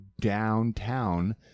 downtown